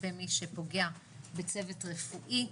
כלפי מי שפוגע בצוות רפואי.